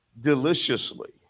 deliciously